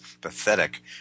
pathetic